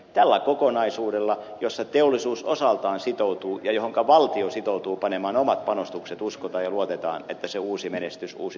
tällä kokonaisuudella johon teollisuus osaltaan sitoutuu ja johonka valtio sitoutuu panemaan omat panostukset uskotaan ja luotetaan että se uusi menestys uusi